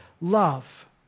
love